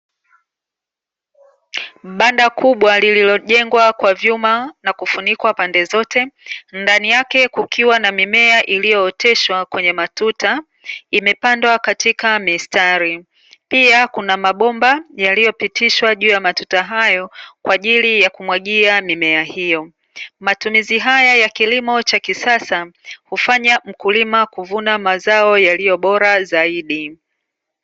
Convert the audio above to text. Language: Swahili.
Banda kubwa lililojengwa kwa vyuma na kufunikwa pande zote, ndani yake kukiwa na mimea iliyooteshwa kwenye matuta ,imepandwa katika mistari. Pia kuna mabomba yaliyopitishwa juu ya matuta hayo kwaajili ya kumwagia mimea hiyo, matumizi haya ya kilimo cha kisasa hufanya mkulima kuvuna mazao yaliyo bora zaidi.